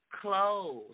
clothes